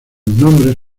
nombres